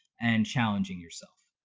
and challenging yourself.